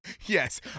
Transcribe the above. Yes